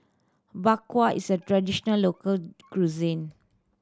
Bak Kwa is a traditional local cuisine